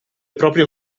proprio